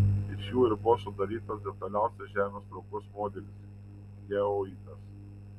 iš jų ir buvo sudarytas detaliausias žemės traukos modelis geoidas